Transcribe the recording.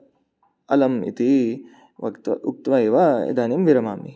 अलम् इति वक्त उक्त्वा एव इदानीं विरमामि